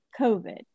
COVID